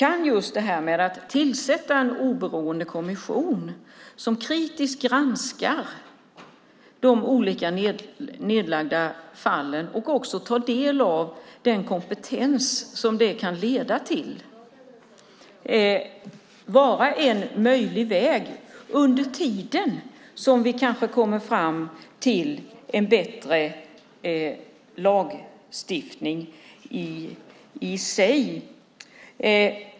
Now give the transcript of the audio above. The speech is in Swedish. Att tillsätta en oberoende kommission, som kritiskt granskar de nedlagda fallen och tar vara på den kompetens som det kan leda till, kan vara en möjlig väg samtidigt som vi kanske kommer fram till en bättre lagstiftning i sig.